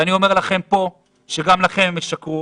ואני אומר לכם פה שגם לכם הם ישקרו,